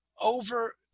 over –